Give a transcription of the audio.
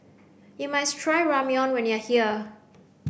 You must try Ramyeon when you are here